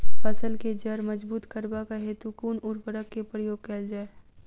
फसल केँ जड़ मजबूत करबाक हेतु कुन उर्वरक केँ प्रयोग कैल जाय?